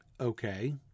Okay